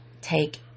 take